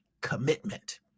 commitment